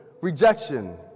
Rejection